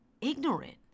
ignorant